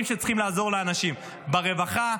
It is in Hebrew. שבהם צריכים לעזור לאנשים: ברווחה,